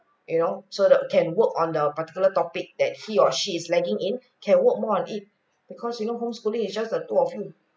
you know so that can work on the particular topic that he or she is lagging in can work more on it because you know homeschooling is just the two of you